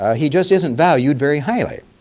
ah he just isn't valued very highly.